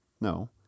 No